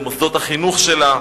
במוסדות החינוך שלה,